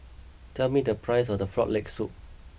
tell me the price of Frog Leg Soup